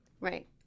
Right